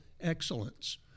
excellence